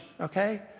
Okay